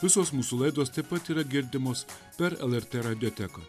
visos mūsų laidos taip pat yra girdimos per lrt radioteką